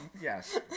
Yes